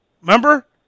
Remember